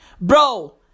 bro